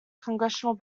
congressional